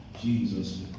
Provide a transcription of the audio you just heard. Jesus